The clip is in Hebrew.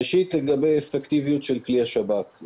ראשית, לגבי האפקטיביות של כלי השב"כ.